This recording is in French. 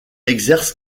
exerce